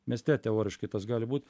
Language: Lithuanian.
mieste teoriškai tas gali būt